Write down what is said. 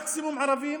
מקסימום ערבים